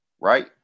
Right